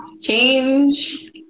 Change